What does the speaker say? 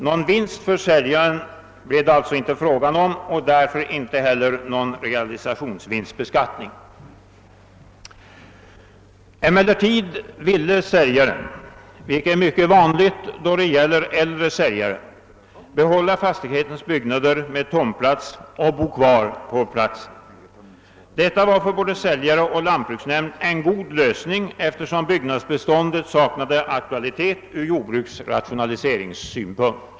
Det blev alltså inte fråga om någon vinst för säljaren och därför inte heller om någon realisationsvinstbeskattning. Säljaren ville emellertid, vilket är mycket vanligt då det gäller äldre säljare, behålla fastighetens byggnader med tomt och bo kvar på platsen. Detta var för både säljare och lantbruksnämnd en god lösning, eftersom byggnadsbeståndet saknade aktualitet från jordbruksrationaliseringssynpunkt.